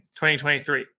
2023